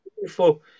beautiful